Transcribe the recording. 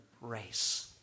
race